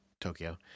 Tokyo